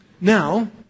Now